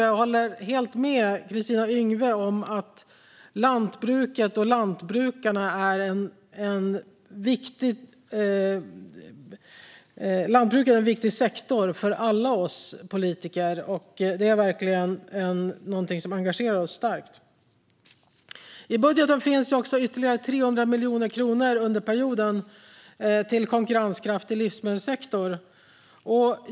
Jag håller helt med Kristina Yngwe om att lantbruket är en viktig sektor för alla oss politiker. Detta är verkligen något som engagerar oss starkt. I budgeten finns för perioden dessutom ytterligare 300 miljoner kronor till en konkurrenskraftig livsmedelssektor.